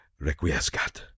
requiescat